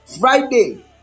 Friday